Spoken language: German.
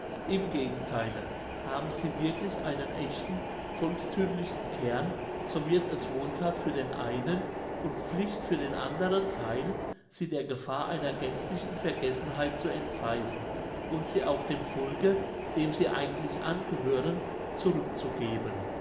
im gegentheile haben sie wirklich einen echten volkstümlichen kern so wird es wohlthat für den einen und pflicht für den anderen theil sie der gefahr einer gänzlichen vergessenheit zu entreißen und sie auch dem volke dem sie eigentlich angehören zurückzugeben